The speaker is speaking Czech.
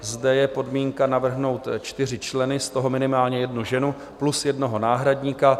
Zde je podmínka navrhnout 4 členy, z toho minimálně 1 ženu, plus 1 náhradníka.